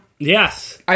Yes